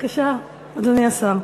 אדוני השר,